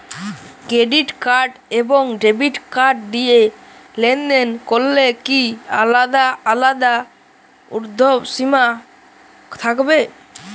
Credit card এবং debit card দিয়ে লেনদেন করলে কি আলাদা আলাদা ঊর্ধ্বসীমা থাকবে?